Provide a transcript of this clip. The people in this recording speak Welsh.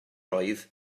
oedd